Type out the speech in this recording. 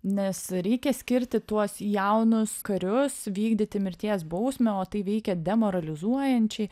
nes reikia skirti tuos jaunus karius vykdyti mirties bausmę o tai veikia demoralizuojančiai